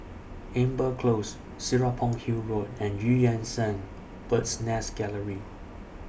Amber Close Serapong Hill Road and EU Yan Sang Bird's Nest Gallery